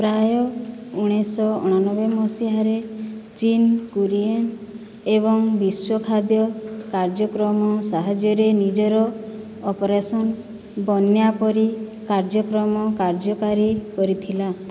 ପ୍ରାୟ ଉଣେଇଶିଶହ ଅଣାନବେ ମସିହାରେ ଚୀନ୍ କୁରିଏନ ଏବଂ ବିଶ୍ୱ ଖାଦ୍ୟ କାର୍ଯ୍ୟକ୍ରମ ସାହାଯ୍ୟରେ ନିଜର ଅପରେସନ ବନ୍ୟା ପରି କାର୍ଯ୍ୟକ୍ରମ କାର୍ଯ୍ୟକାରୀ କରିଥିଲା